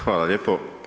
Hvala lijepo.